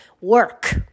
work